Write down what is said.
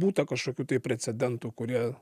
būta kažkokių tai precedentų kurie